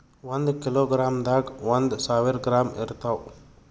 ಒಂದ್ ಕಿಲೋಗ್ರಾಂದಾಗ ಒಂದು ಸಾವಿರ ಗ್ರಾಂ ಇರತಾವ